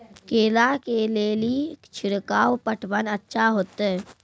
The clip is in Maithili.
केला के ले ली छिड़काव पटवन अच्छा होते?